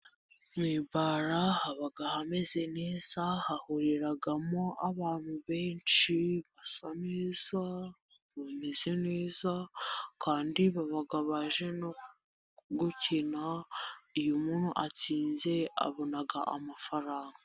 Mu ibara haba hameze neza, hahuriramo abantu benshi basa neza, bameze neza, kandi baba baje no gukina, iyo umuntu atsinze abona amafaranga.